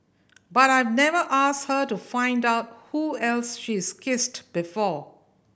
but I've never asked her to find out who else she's kissed before